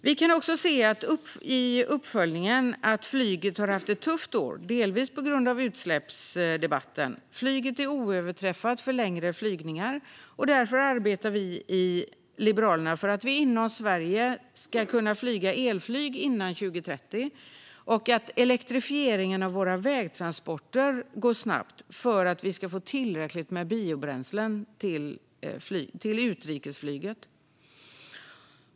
Vi kan också se i uppföljningen att flyget har haft ett tufft år, delvis på grund av utsläppsdebatten. Flyget är oöverträffat för längre resor, och därför arbetar vi i Liberalerna för att vi inom Sverige ska kunna flyga elflyg före 2030 och att elektrifieringen av våra vägtransporter går snabbt så att vi ska få tillräckligt med biobränslen till utrikesflyget.